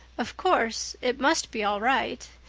of course, it must be all right.